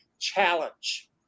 challenge